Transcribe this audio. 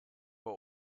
bei